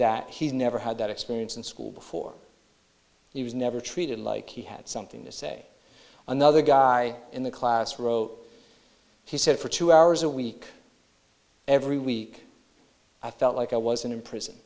that he's never had that experience in school before he was never treated like he had something to say another guy in the class wrote he said for two hours a week every week i felt like i was in prison